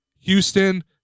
Houston